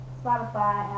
spotify